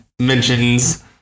mentions